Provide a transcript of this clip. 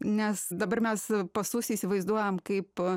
nes dabar mes e pasus įsivaizduojam kaip